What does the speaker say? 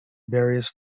various